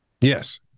Yes